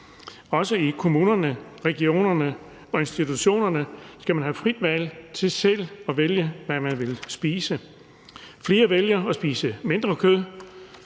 Også i kommunerne, i regionerne og i institutionerne skal man have frit valg til selv at vælge, hvad man vil spise. Flere vælger at spise mindre kød;